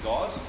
God